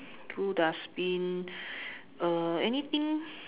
blue dustbin uh anything